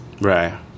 Right